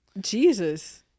jesus